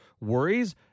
worries